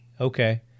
Okay